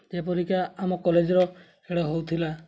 ଯେପରିକା ଆମ କଲେଜ୍ର ଖେଳ ହେଉଥିଲା